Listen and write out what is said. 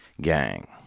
Gang